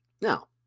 now